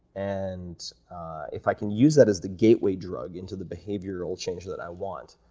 and if i can use that as the gateway drug into the behavioral change that i want,